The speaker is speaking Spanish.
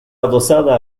adosada